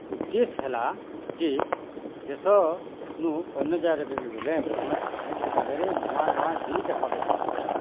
ଉଦ୍ଦେଶ୍ୟ ହେଲା ଯେ ଦେଶ ନୁ ଅନ୍ୟ ଜାଗାକେ କି ଗଲେ ଭ୍ରମଣ କଲେ ସେ ଜାଗାରେ ନୂଆ ନୂଆ ଜିନିଷ୍ ଦେଖବାର୍ କେ ମିଲ୍ସି